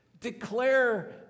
declare